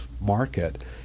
market